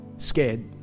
Scared